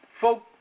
folk